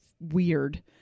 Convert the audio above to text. weird